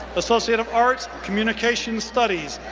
associate of arts, communications studies,